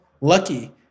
lucky